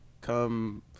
come